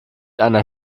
einer